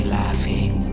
laughing